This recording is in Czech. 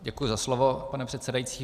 Děkuji za slovo, pane předsedající.